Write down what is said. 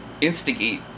instigate